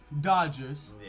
Dodgers